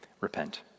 repent